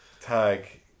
Tag